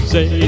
Say